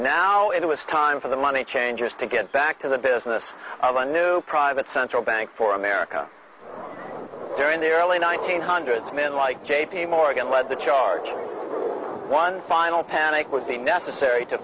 now it was time for the money changers to get back to the business of a new private central bank for america during the early one nine hundred men like j p morgan led the charge one final panic would be necessary to